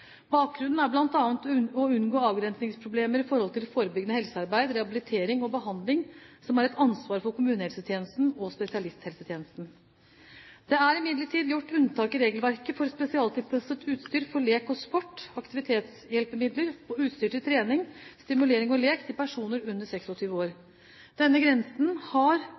Bakgrunnen er bl.a. å unngå avgrensingsproblemer i forhold til forebyggende helsearbeid, rehabilitering og behandling, som er et ansvar for kommunehelsetjenesten og spesialisthelsetjenesten. Det er imidlertid gjort unntak i regelverket for spesialtilpasset utstyr for lek og sport – aktivitetshjelpemidler – og utstyr til trening, stimulering og lek til personer under 26 år. Denne aldersgrensen har